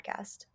podcast